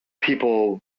people